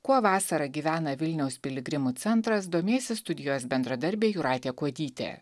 kuo vasarą gyvena vilniaus piligrimų centras domėsis studijos bendradarbė jūratė kuodytė